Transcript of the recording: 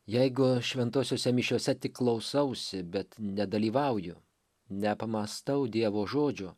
jeigu šventosiose mišiose tik klausausi bet nedalyvauju neapmąstau dievo žodžio